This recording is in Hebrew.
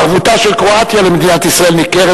ערבותה של קרואטיה למדינת ישראל ניכרת